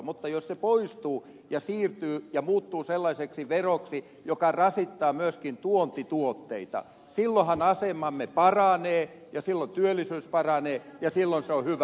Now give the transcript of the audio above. mutta jos se poistuu ja siirtyy ja muuttuu sellaiseksi veroksi joka rasittaa myöskin tuontituotteita silloinhan asemamme paranee ja silloin työllisyys paranee ja silloin se on hyvä